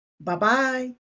Bye-bye